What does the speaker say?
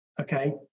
Okay